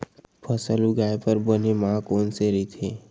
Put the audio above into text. फसल उगाये बर बने माह कोन से राइथे?